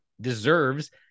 deserves